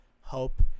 hope